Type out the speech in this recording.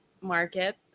market